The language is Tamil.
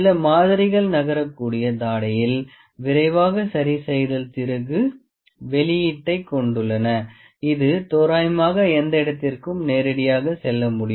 சில மாதிரிகள் நகரக்கூடிய தாடையில் விரைவாக சரிசெய்தல் திருகு வெளியீட்டைக் கொண்டுள்ளன இது தோராயமாக எந்த இடத்திற்கும் நேரடியாக செல்ல முடியும்